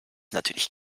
natürlich